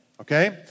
Okay